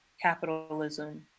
capitalism